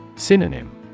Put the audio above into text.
Synonym